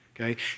okay